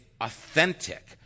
authentic